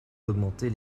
d’augmenter